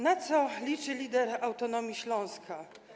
Na co liczy lider Ruchu Autonomii Śląska?